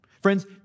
Friends